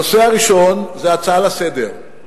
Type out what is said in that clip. הנושא הראשון זה ההצעה לסדר-היום.